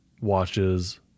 watches